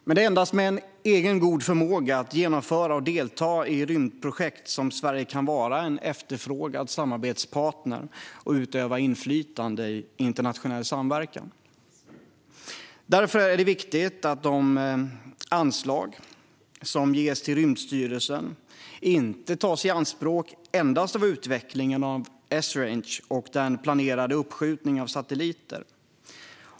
Men endast med god egen förmåga att genomföra och delta i rymdprojekt kan Sverige vara en efterfrågad samarbetspartner och utöva inflytande i internationell samverkan. Därför är det viktigt att de anslag som ges till Rymdstyrelsen inte tas i anspråk endast för utvecklingen av Esrange och den planerade uppskjutningen av satelliter.